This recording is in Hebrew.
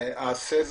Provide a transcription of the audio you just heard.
מלכיאלי.